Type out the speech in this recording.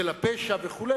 של פשע וכו',